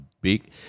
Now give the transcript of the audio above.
big